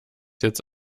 jetzt